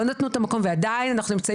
לא נתנו את המקום ועדיין אנחנו נמצאים